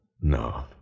no